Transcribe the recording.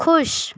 खुश